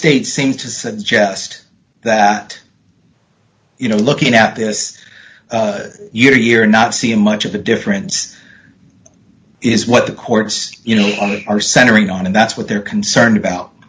states seem to suggest that you know looking at this year you're not seeing much of a difference is what the courts you know are centering on and that's what they're concerned about